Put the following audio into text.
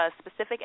specific